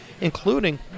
including